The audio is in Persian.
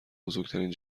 بزرگترین